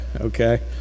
okay